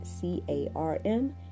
C-A-R-M